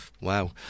Wow